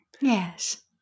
Yes